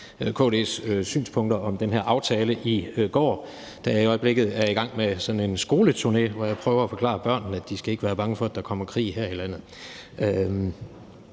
KD's synspunkter om den her aftale i går, da jeg i øjeblikket er i gang med sådan en skoleturné, hvor jeg prøver at forklare børnene, at de ikke skal være bange for, at der kommer krig her i landet.